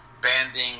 banding